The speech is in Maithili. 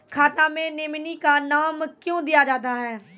खाता मे नोमिनी का नाम क्यो दिया जाता हैं?